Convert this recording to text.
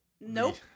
Nope